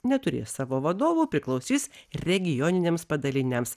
neturės savo vadovų priklausys regioniniams padaliniams